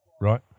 right